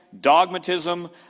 Dogmatism